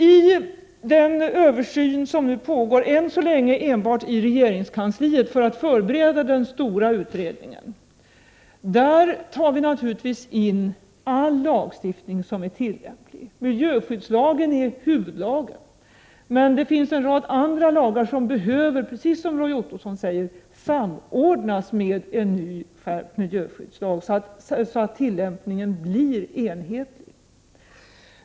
I den översyn som pågår — än så länge enbart i regeringskansliet, för att förbereda den stora utredningen — tar vi naturligtvis in all lagstiftning som är tillämplig. Miljöskyddslagen är huvudlag, men det finns andra lagar som, precis som Roy Ottosson säger, behöver samordnas med en ny, skärpt miljöskyddslag så att tillämpningen blir enhetlig.